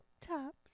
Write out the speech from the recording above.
tops